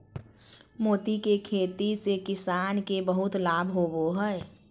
मोती के खेती से किसान के बहुत लाभ होवो हय